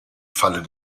falle